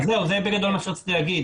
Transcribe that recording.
זה בגדול מה שרציתי לומר.